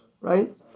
right